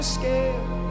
scared